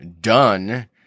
done